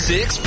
Six